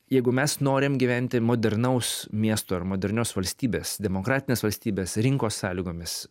jeigu mes norim gyventi modernaus miesto ir modernios valstybės demokratinės valstybės rinkos sąlygomis